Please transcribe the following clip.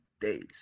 days